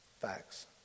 facts